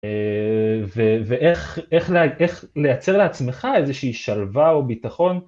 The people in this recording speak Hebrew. ואיך לייצר לעצמך איזושהי שלווה או ביטחון